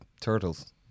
turtles